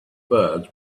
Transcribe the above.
birds